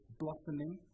blossoming